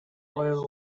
oil